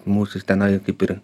mūsų tenai jau kaip ir